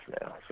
now